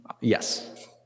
Yes